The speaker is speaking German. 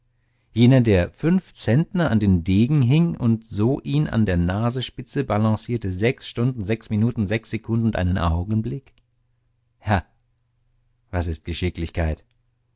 jener der fünf zentner an den degen hing und so ihn an der nasenspitze balancierte sechs stunden sechs minuten sechs sekunden und einen augenblick ha was ist geschicklichkeit